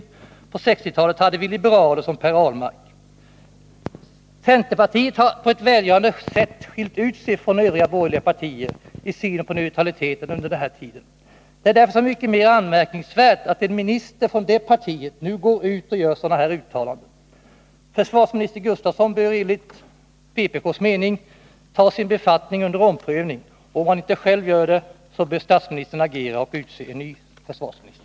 På 1960-talet hade vi liberaler som Per Ahlmark. Centerpartiet har på ett välgörande sätt skilt ut sig från övriga borgerliga partier i synen på neutraliteten under denna tid. Det är därför så mycket mera anmärkningsvärt att en minister från det partiet går ut och gör sådana uttalanden som nu förekommit. Försvarsminister Gustafsson bör enligt vpk:s mening ta sin befattning under omprövning. Om han inte själv gör det, bör statsministern agera och utse en ny försvarsminister.